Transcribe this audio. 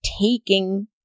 taking